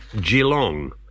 Geelong